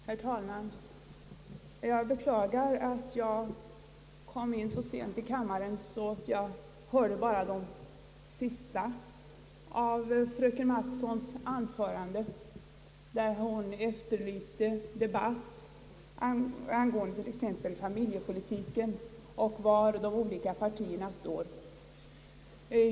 Herr talman! Jag beklagar att jag kom in så sent i kammaren att jag bara hörde slutet av fröken Mattsons anförande där hon efterlyste debatt angående t.ex. familjepolitiken och besked om var de olika partierna står.